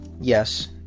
yes